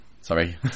Sorry